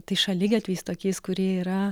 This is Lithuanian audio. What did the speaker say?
tais šaligatviais tokiais kurie yra